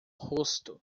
rosto